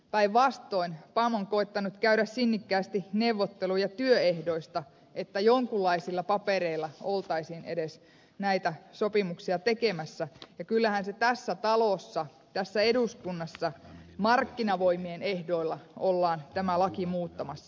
päinvastoin pam on koettanut käydä sinnikkäästi neuvotteluja työehdoista että jonkinlaisilla papereilla oltaisiin edes näitä sopimuksia tekemässä ja kyllähän tässä talossa tässä eduskunnassa markkinavoimien ehdoilla ollaan tämä laki muuttamassa